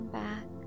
back